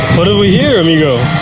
what have we here amigo?